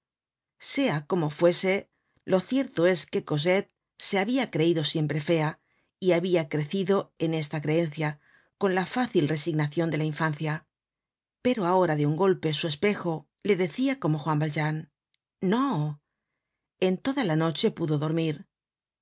sea como fuese lo cierto es que cosette se habia creido siempre fea y habia crecido en esta creencia con la fácil resignacion de la infancia pero ahora de un golpe su espejo le decia como juan valjean no en toda la noche pudo dormir siyo